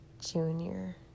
junior